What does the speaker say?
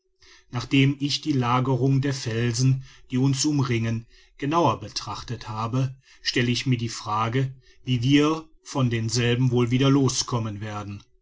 nachdem ich die lagerung der felsen die uns umringen genauer betrachtet habe stelle ich mir die frage wie wir von denselben wohl wieder los kommen werden